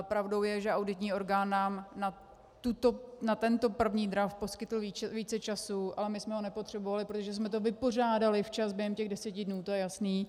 Pravdou je, že auditní orgán nám na tento první draft poskytl více času, ale my jsme ho nepotřebovali, protože jsme to vypořádali včas, během těch 10 dnů, to je jasné.